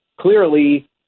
clearly